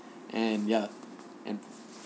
and ya and